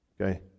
okay